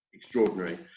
extraordinary